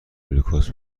لوکاس